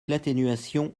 l’atténuation